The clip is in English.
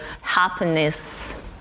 happiness